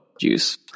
Juice